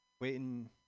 waiting